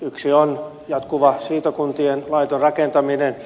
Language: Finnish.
yksi on jatkuva siirtokuntien laiton rakentaminen